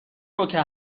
روکه